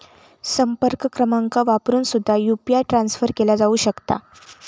संपर्क क्रमांक वापरून सुद्धा यू.पी.आय ट्रान्सफर केला जाऊ शकता